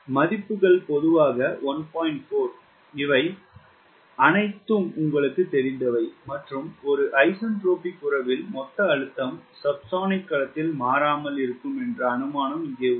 4 இவை அனைத்தும் உங்களுக்குத் தெரிந்தவை மற்றும் ஒரு ஐசென்ட்ரோபிக் உறவில் மொத்த அழுத்தம் சப்சோனிக் களத்தில் மாறாமல் இருக்கும் என்று அனுமானம் இங்கே உள்ளது